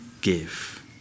give